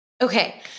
Okay